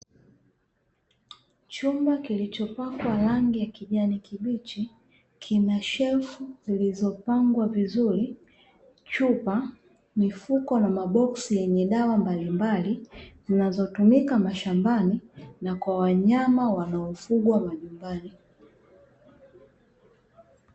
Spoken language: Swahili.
Chumba kilichopakwa rangi ya kijani kibichi, kina shelfu zilizopangwa vizuri, chupa, mifuko na maboksi yenye dawa mbalimbali zinazotumika mashambani na kwa wanyama wanaofugwa majumbani.